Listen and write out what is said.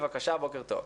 בבקשה, בוקר טוב.